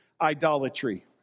Idolatry